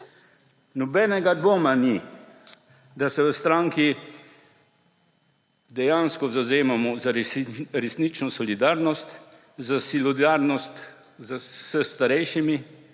Nobenega dvoma ni, da se v stranki dejansko zavzemamo za resnično solidarnost, za solidarnost s starejšimi,